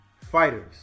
fighters